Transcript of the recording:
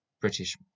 British